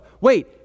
wait